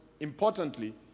importantly